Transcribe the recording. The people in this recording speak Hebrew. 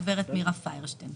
הגב' מירה פיירשטיין.